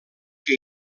que